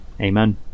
Amen